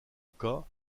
cas